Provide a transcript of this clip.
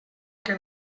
que